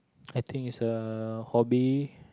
I think is a hobby